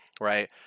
right